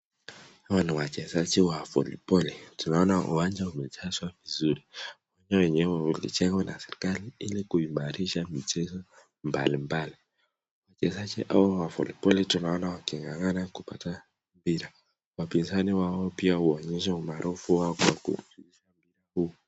Hawa ni wachezaji wa voliboli, tunaona uwanja umejazwa vizuri, uwanja huu ulijengwa na serikali ili kumarisha michezo mbalimbali, wachezaji hawa wa voloboli tunaona waking'ang'ana kupata mpira, wapinzani wao wanonyesha upinzani wao.